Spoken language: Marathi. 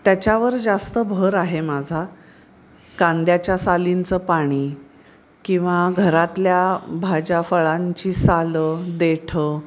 त्याच्यावर जास्त भर आहे माझा कांद्याच्या सालींचं पाणी किंवा घरातल्या भाज्याफळांची सालं देठं